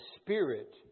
Spirit